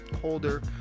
holder